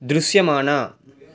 దృశ్యమాన